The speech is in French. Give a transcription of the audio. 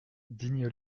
digne